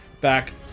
back